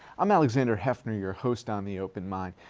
i'm alexander heffner your host on the open mind.